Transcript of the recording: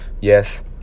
Yes